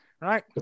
Right